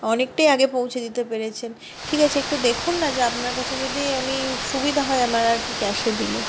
অনেকটাই আগে পৌঁছে দিতে পেরেছেন ঠিক আছে একটু দেখুন না যে আপনার কাছে যদি আমি সুবিধা হয় আমার আর কি ক্যাশে দিলে